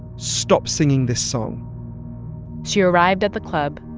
stop singing this song she arrived at the club,